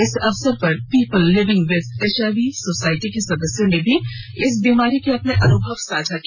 इस अवसर पर people living with HIV society के सदस्यों ने भी इस बीमारी के अपने अनुभव साझा किया